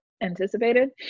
anticipated